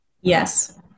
yes